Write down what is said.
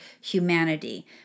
humanity